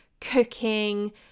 cooking